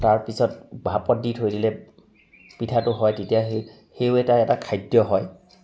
তাৰপিছত ভাপত দি থৈ দিলে পিঠাটো হয় তেতিয়া সেই সেৱো এটা খাদ্য হয়